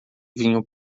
vinho